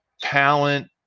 talent